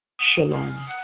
Shalom